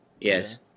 Yes